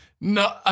No